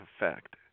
effect